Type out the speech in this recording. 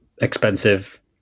expensive